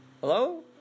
Hello